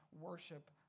worship